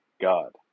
God